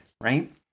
Right